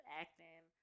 acting